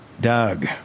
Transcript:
Doug